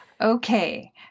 Okay